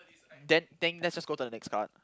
then let's just go to the next card